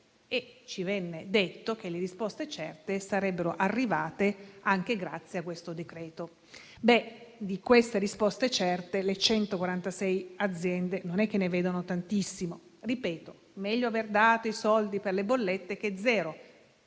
Ci venne detto che le risposte certe sarebbero arrivate anche grazie a questo decreto-legge. Ebbene, di queste risposte certe le 146 aziende non è che ne vedano tantissime. Ripeto che è meglio aver dato i soldi per le bollette piuttosto